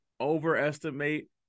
overestimate